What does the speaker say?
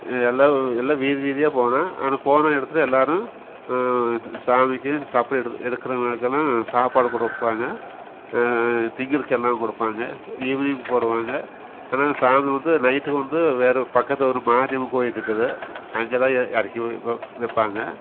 எல்லா எல்லா வீதி வீதியாக போனால் ஆனால் போன இடத்துல எல்லோரும் ஸ் சாமிக்கு சப்பரம் எடுத்து எடுக்கிறவங்களுக்கெல்லாம் சாப்பாடு கொடுப்பாங்க திங்கிறக்கெல்லாம் கொடுப்பாங்க ஈவினிங் போடுவாங்க ஆனால் சாமி வந்து நைட்டுக்கு வந்து வேற பக்கத்து ஊர் மாரியம்மன் கோவில் இருக்குது அங்கே தான் எ இறக்கி வெ வெப் வைப்பாங்க